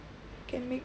can make